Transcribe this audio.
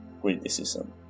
criticism